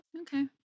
Okay